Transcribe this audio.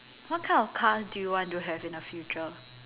what kind of car do you want to have in the future